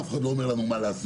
אף אחד לא אומר לנו מה לעשות.